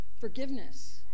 forgiveness